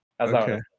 Okay